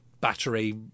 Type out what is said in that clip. battery